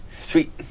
Sweet